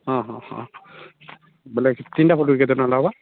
ହଁ ହଁ ହଁ ବଇଲେ ତିନ୍ଟା ଫଟୋକେ କେତେ ଟଙ୍କା ଲାଗ୍ବା